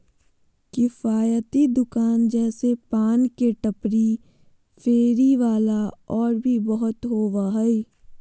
किफ़ायती दुकान जैसे पान के टपरी, फेरी वाला और भी बहुत होबा हइ